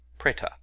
preta